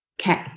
okay